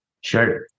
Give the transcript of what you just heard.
Sure